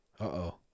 Uh-oh